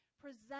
Present